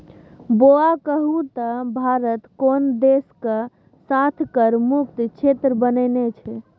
बौआ कहु त भारत कोन देशक साथ कर मुक्त क्षेत्र बनेने छै?